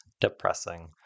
Depressing